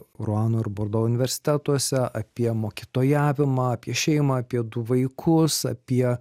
ruano ir bordo universitetuose apie mokytojavimą apie šeimą apie du vaikus apie